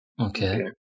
Okay